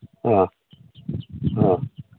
ꯑꯥ ꯑꯥ